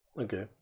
Okay